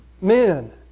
Men